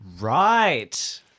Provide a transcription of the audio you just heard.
Right